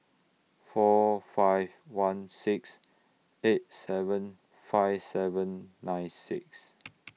four five one six eight seven five seven nine six